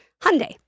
Hyundai